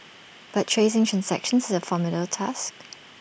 but tracing transactions is A formidable task